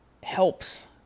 helps